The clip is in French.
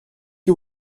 que